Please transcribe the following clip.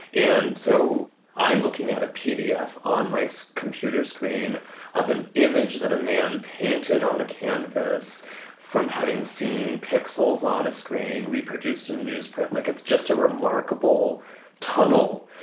and so i'm looking at a pdaf on my so computer screen of an image that a man painted on a canvas from having seen pixels on a screen reproduced in newsprint. like it's just a remarkable tunnel.